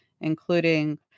including